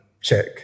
check